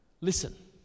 Listen